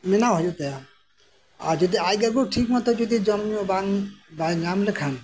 ᱵᱮᱱᱟᱣ ᱦᱩᱭᱩᱜ ᱛᱟᱭᱟ ᱟᱨ ᱡᱩᱫᱤ ᱟᱡ ᱜᱚᱜᱚ ᱴᱷᱤᱠ ᱢᱚᱛᱚ ᱡᱩᱫᱤ ᱡᱚᱢᱧᱩ ᱵᱟᱝ ᱵᱟᱭ ᱧᱟᱢ ᱞᱮᱠᱷᱟᱱ